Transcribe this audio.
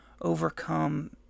overcome